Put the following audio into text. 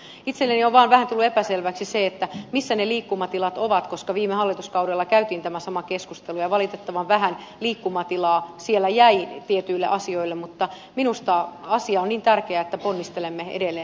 itselleni on vaan vähän tullut epäselväksi se missä ne liikkumatilat ovat koska viime hallituskaudella käytiin tämä sama keskustelu ja valitettavan vähän liikkumatilaa siellä jäi tietyille asioille mutta minusta asia on niin tärkeä että ponnistelemme edelleen eteenpäin